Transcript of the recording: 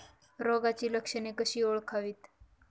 रोगाची लक्षणे कशी ओळखावीत?